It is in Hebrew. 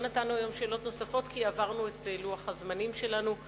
לא נתנו היום שאלות נוספות כי עברנו את לוח הזמנים שלנו.